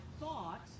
thought